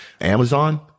Amazon –